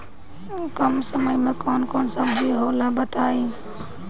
कम समय में कौन कौन सब्जी होला बताई?